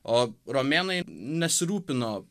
o romėnai nesirūpino